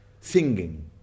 singing